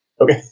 Okay